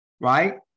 right